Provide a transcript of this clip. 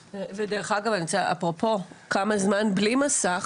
אגב, אפרופו כמה זמן בלי מסך